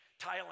Thailand